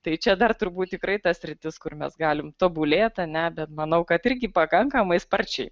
tai čia dar turbūt tikrai ta sritis kur mes galim tobulėt ar ne bet manau kad irgi pakankamai sparčiai